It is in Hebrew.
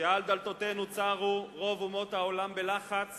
שעל דלתותינו צרו רוב אומות העולם בלחץ